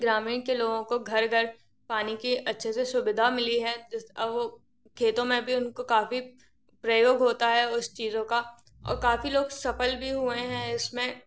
ग्रामीण के लोगों को घर घर पानी की अच्छे से सुविधा मिली है जिस अब वो खेतों मे भी उनको काफ़ी प्रयोग होता है उस चीज़ों का और काफ़ी लोग सफल भी हुए है इसमें